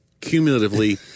cumulatively